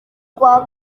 kwa